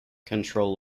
control